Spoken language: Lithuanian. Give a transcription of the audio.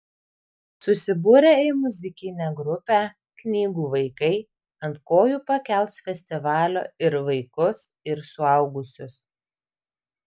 susibūrę į muzikinę grupę knygų vaikai ant kojų pakels festivalio ir vaikus ir suaugusius